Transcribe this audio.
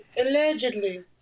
Allegedly